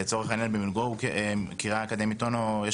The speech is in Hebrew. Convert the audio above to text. לצורך העניין במילגו בקריה האקדמית אונו יש